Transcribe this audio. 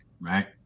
right